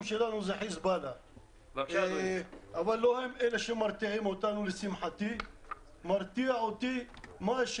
שלנו אלה החיזבאללה אבל לשמחתי לא הם אלה